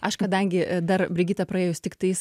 aš kadangi a dar brigita praėjus tik tais